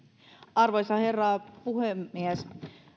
arvoisa herra puhemies